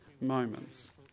moments